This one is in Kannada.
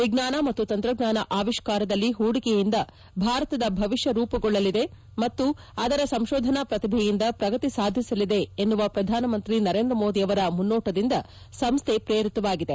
ವಿಜ್ಞಾನ ಮತ್ತು ತಂತ್ರಜ್ಞಾನ ಆವಿಷ್ಠಾರದಲ್ಲಿ ಹೂಡಿಕೆಯಿಂದ ಭಾರತದ ಭವಿಷ್ಯ ರೂಪುಗೊಳ್ಳಲಿದೆ ಮತ್ತು ಅದರ ಸಂಶೋಧನಾ ಪ್ರತಿಭೆಯಿಂದ ಪ್ರಗತಿ ಸಾಧಿಸಲಿದೆ ಎನ್ನುವ ಪ್ರಧಾನಮಂತ್ರಿ ನರೇಂದ್ರ ಮೋದಿಯವರ ಮುನ್ನೋಟದಿಂದ ಸಂಸ್ಹೆ ಪ್ರೇರಿತವಾಗಿದೆ